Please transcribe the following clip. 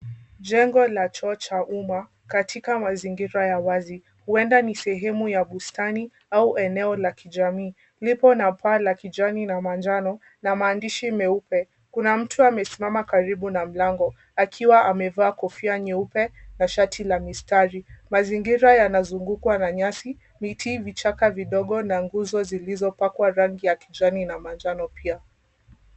Jengo la choo cha umma katika mazingira ya wazi huenda ni sehemu ya bustani au eneo la kijamii. Lipo na paa la kijani na manjano na maandishi meupe. Kuna mtu amesimama karibu na mlango akiwa amevaa kofia nyeupe na shati la mistari. Mazingira yanazungukwa na nyasi, miti, vichaka vidogo na nguzo zilizopakwa rangi ya kijani na manjano pia.